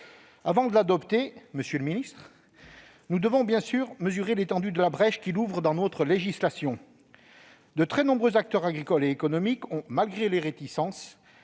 Avant de l'adopter, nous devons mesurer l'étendue de la brèche qu'il ouvre dans notre législation. De très nombreux acteurs agricoles et économiques ont, malgré leurs réticences,